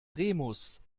remus